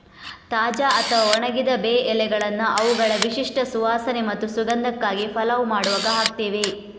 ತಾಜಾ ಅಥವಾ ಒಣಗಿದ ಬೇ ಎಲೆಗಳನ್ನ ಅವುಗಳ ವಿಶಿಷ್ಟ ಸುವಾಸನೆ ಮತ್ತು ಸುಗಂಧಕ್ಕಾಗಿ ಪಲಾವ್ ಮಾಡುವಾಗ ಹಾಕ್ತೇವೆ